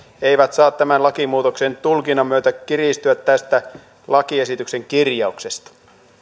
eivät saa tämän lakimuutoksen tulkinnan myötä kiristyä tästä lakiesityksen kirjauksesta